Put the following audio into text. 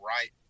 right